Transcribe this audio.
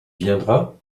viendra